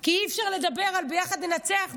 כי אי-אפשר לדבר על "ביחד לנצח",